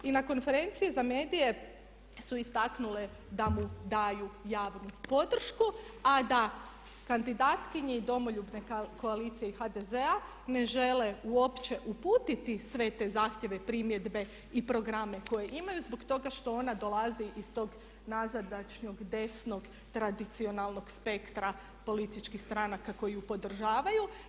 I na konferenciji za medije su istaknule da mu daju javnu podršku a da kandidatkinji Domoljubne koalicije i HDZ-a ne žele uopće uputiti sve te zahtjeve, primjedbe i programe koje imaju zbog toga što onda dolazi iz tog nazadnog desnog tradicionalnog spektra političkih stranaka koji ju podržavaju.